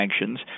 sanctions